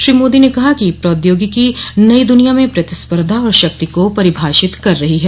श्री मोदी ने कहा कि प्रौद्योगिकी नई दुनिया में प्रतिस्पर्धा और शक्ति को परिभाषित कर रही है